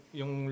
yung